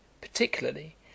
particularly